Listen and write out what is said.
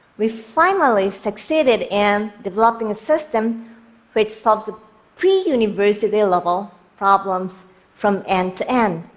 we finally succeeded in developing a system which solved pre-university-level problems from end to end,